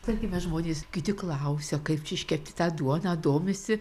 tarkime žmonės kiti klausia kaip čia iškepti tą duoną domisi